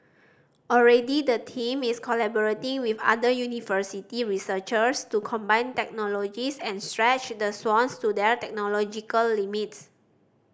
already the team is collaborating with other university researchers to combine technologies and stretch the swans to their technological limits